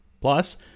Plus